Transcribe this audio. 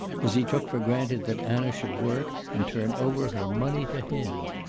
as he took for granted that anna should work and turn over her money to him.